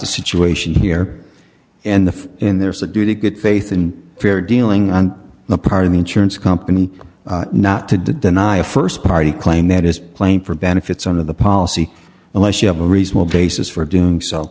the situation here and the in there's a duty good faith and fair dealing on the part of the insurance company not to deny a st party claim that is plain for benefits under the policy unless you have a reasonable basis for doing so